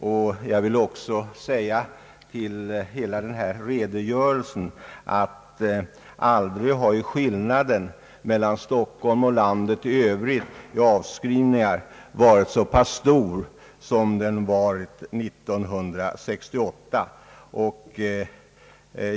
I samband med hela denna redogörelse vill jag också säga att aldrig har skillnaden mellan Stockholm och landet i övrigt i fråga om avskrivningar varit så stor som 1968.